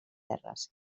terres